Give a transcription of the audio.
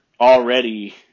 already